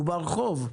הוא נמצא ברחוב.